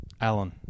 Alan